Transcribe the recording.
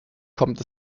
kommt